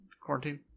quarantine